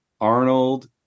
Arnold